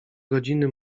godziny